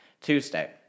Tuesday